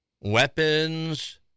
weapons